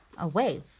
away